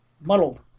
muddled